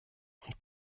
und